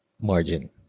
margin